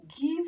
give